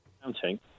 Counting